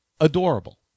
adorable